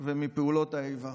ומפעולות האיבה.